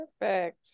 perfect